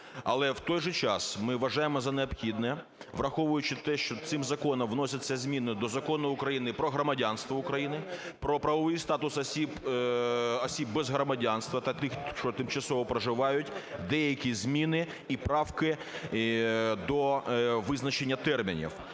Але, в той же час, ми вважаємо за необхідне, враховуючи те, що цим законом вносяться зміни до Закону України "Про громадянство України", про правовий статус осіб без громадянства та тих, хто тимчасово проживають, деякі зміни і правки до визначення термінів.